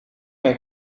mijn